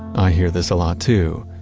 i hear this a lot too.